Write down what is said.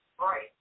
Right